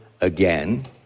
again